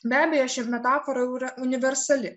be abejo ši metafora jau yra universali